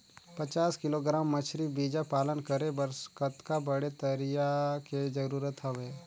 पचास किलोग्राम मछरी बीजा पालन करे बर कतका बड़े तरिया के जरूरत हवय?